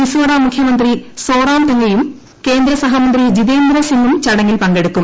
മിസോറാം മുഖ്യമന്ത്രി സോറാംതംഗയും കേന്ദ്ര സഹമന്ത്രി ജിതേന്ദ്ര സിംഗും ചടങ്ങിൽ പങ്കെടുക്കും